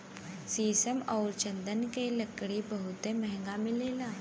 शीशम आउर चन्दन के लकड़ी बहुते महंगा मिलेला